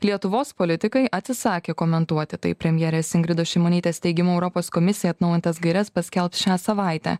lietuvos politikai atsisakė komentuoti tai premjerės ingridos šimonytės teigimu europos komisija atnaujintas gaires paskelbs šią savaitę